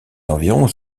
environs